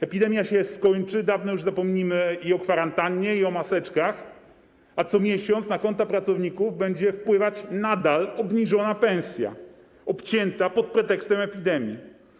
Epidemia się skończy, dawno już zapomnimy o kwarantannie i maseczkach, a co miesiąc na konta pracowników będzie wpływać nadal obniżona pensja, obcięta pod pretekstem epidemii.